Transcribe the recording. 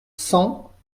cent